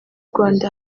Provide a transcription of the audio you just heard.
rwanda